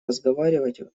разговаривать